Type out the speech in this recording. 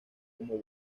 como